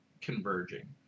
converging